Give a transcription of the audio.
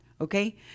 okay